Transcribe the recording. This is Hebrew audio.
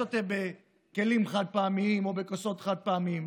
שותה בכלים חד-פעמיים או בכוסות חד-פעמיות?